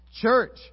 Church